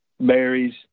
berries